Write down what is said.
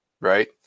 right